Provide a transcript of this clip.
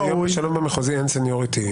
לו את המציאות במקום להתנצל הוא עובר להאשמה חדשה